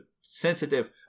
sensitive